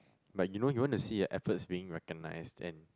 but you know you want to see a efforts being recognised then